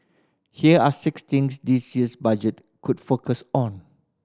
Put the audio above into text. here are six things this year's Budget could focus on